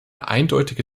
eindeutige